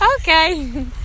okay